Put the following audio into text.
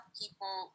people